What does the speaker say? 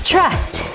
Trust